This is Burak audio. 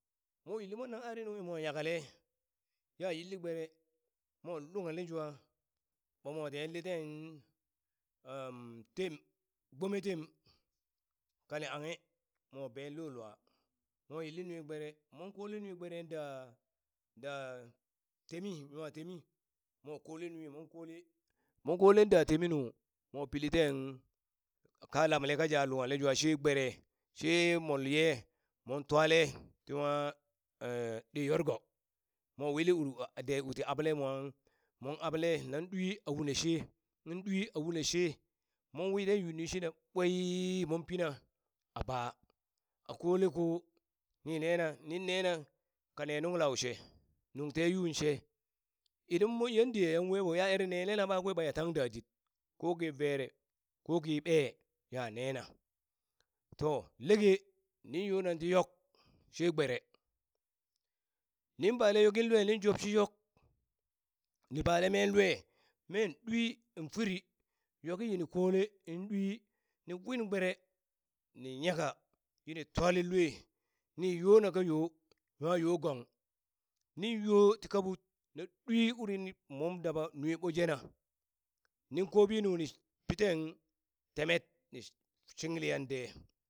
Mo yilli monen ari nunghi mwa yakale ya yilli gbere mwa lughale jwa ɓamo tahyilli ten tem, gbome tem kani anghe mo be lo lua moyilli nui gbere mon kole nui gberen da da temi nwa temi mwa kole nui mon kole mon kole da temi nu mwa pili ten ka lamle ka ja lunghale jua she gbere she mol yee mon twale tinwa ɗe yorgo mo wili ur dee u ti aɓale mwan mwan aɓale na ɗwi a wune she in ɗwi a wune she mon wi ten yu nwi shina boiii mon pina a baa a kole ko ni nena nin nee na ka ne nuŋ lau she nuŋ te yuŋ she idan moŋ yan diya yan wee ɓo ya ere nelena ɓakwe ɓaya tang dadit koki vere, ko koki ɓee, ya nena. To leke, nin yonan ti yok she gbere nin baa le yokin lue nin job shi yok ni bale meen lue meen ɗui nfuri yoki yi kole in ɗui ni win gbere ni nyaka yini twalen lue ni yona ka yo nwa yo gong nin yoo ti kaɓut na ɗui uri ni mon daba nui ɓo jena nin kobi ninu ni pi ten temet ni shingliyan de